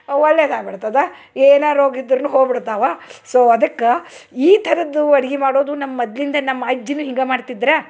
ಒಳ್ಳೆದು ಆಗ್ಬಿಡ್ತದ ಏನೇ ರೋಗ ಇದ್ದರೂನು ಹೋಗ್ಬಿಡ್ತಾವೆ ಸೊ ಅದಕ್ಕೆ ಈ ಥರದೂ ಅಡಿಗಿ ಮಾಡೋದು ನಮ್ಮ ಮದ್ಲಿಂದ ನಮ್ಮ ಅಜ್ಜಿನು ಹಿಂಗೆ ಮಾಡ್ತಿದ್ರು